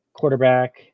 quarterback